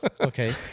Okay